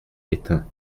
étain